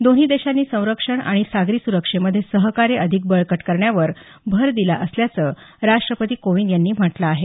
दोन्ही देशांनी संक्षरण आणि सागरी सुरक्षेमध्ये सहकार्य अधिक बळकट करण्यावर भर दिला असल्याचं राष्टपती कोविंद यांनी म्हटलं आहे